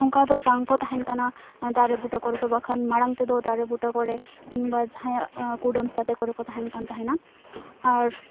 ᱚᱱᱠᱟᱫᱚ ᱵᱟᱝᱠᱚ ᱛᱟᱦᱮᱱ ᱠᱟᱱᱟ ᱫᱟᱨᱮ ᱵᱩᱴᱟᱹ ᱠᱚᱨᱮᱫᱚ ᱵᱟᱝᱠᱷᱟᱱ ᱢᱟᱲᱟᱝ ᱛᱮᱫᱚ ᱫᱟᱨᱮ ᱵᱩᱴᱟᱹ ᱠᱚᱨᱮ ᱠᱤᱝᱵᱟ ᱡᱟᱦᱟᱸᱭᱟᱜ ᱠᱩᱰᱟᱹᱢ ᱥᱟᱛᱮ ᱠᱚᱨᱮᱠᱚ ᱛᱟᱦᱮᱱᱠᱟᱱ ᱛᱟᱦᱮᱱᱟ ᱟᱨ